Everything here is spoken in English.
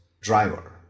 driver